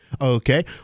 Okay